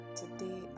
today